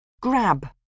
grab